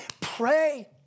pray